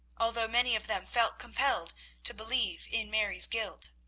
although many of them felt compelled to believe in mary's guilt.